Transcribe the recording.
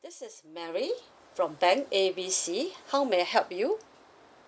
this is mary from bank A B C how may I help you